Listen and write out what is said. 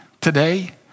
today